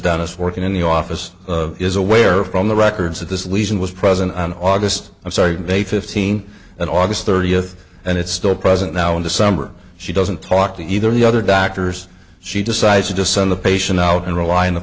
dentist working in the office is aware from the records that this lesion was present on august i'm sorry they fifteen and august thirtieth and it's still present now in december she doesn't talk to either of the other doctors she decided to send the patient out and rely on the